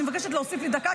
אני מבקשת להוסיף לי דקה,